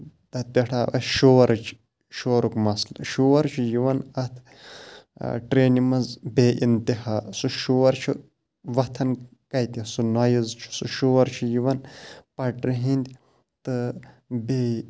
تَتہِ پٮ۪ٹھ آو اَسہِ شورٕچ شورُک مَسلہٕ شور چھُ یِوان اَتھ ٹرٛینہِ منٛز بے اِنتِہا سُہ شور چھُ وَتھان کَتہِ سُہ نایِز چھُ سُہ شور چھُ یِوان پَٹرِ ہِنٛدۍ تہٕ بیٚیہِ